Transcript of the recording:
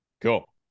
Cool